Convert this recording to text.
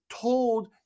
told